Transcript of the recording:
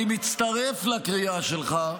אני מצטרף לקריאה שלך,